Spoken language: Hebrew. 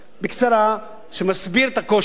בקצרה, שמסביר את הקושי.